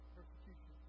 persecution